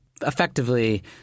effectively